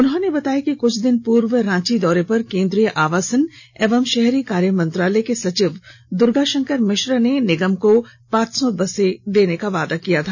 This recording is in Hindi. उन्होंने बताया कि कुछ दिन पूर्व रांची दौरे पर केंद्रीय आवासन एवं शहरी कार्य मंत्रालय के संचिव द्र्गाशंकर मिश्र ने निगम को पांच सौ बसें देने का वायदा किया था